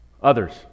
Others